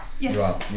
yes